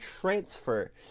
transfer